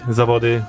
zawody